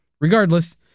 Regardless